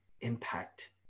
impact